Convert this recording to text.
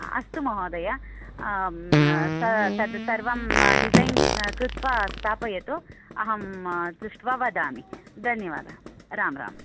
अस्तु महोदय तद् सर्वं डिसैन् कृत्वा स्थापयतु अहं दृष्ट्वा वदामि धन्यवादः राम् राम्